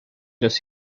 los